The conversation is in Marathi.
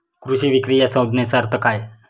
कृषी विक्री या संज्ञेचा अर्थ काय?